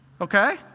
okay